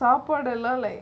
சாப்பாடெல்லாம்: sappadelam like